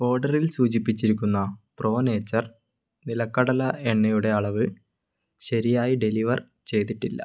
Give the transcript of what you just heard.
ഓർഡറിൽ സൂചിപ്പിച്ചിരിക്കുന്ന Pro Nature നിലക്കടല എണ്ണയുടെ അളവ് ശരിയായി ഡെലിവർ ചെയ്തിട്ടില്ല